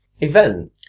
event